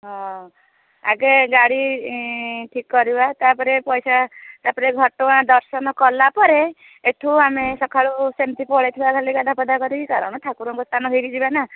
ହଁ ଆଗେ ଗାଡ଼ି ଠିକ୍ କରିବା ତା'ପରେ ପଇସା ତା'ପରେ ଘଟଗାଁ ଦର୍ଶନ କଲାପରେ ଏଠୁ ଆମେ ସକାଳୁ ସେମିତି ପଳାଇଥିବା ଖାଲି ଗାଧା ପାଧା କରିକି କାରଣ ଠାକୁରଙ୍କ ସ୍ଥାନ ହେଇଠିକି ଯିବାନା